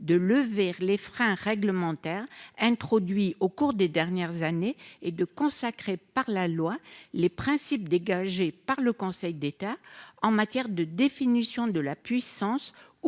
de le vers les freins réglementaires introduits au cours des dernières années et de consacré par la loi, les principes dégagés par le Conseil d'État en matière de définition de la puissance